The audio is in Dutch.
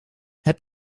heb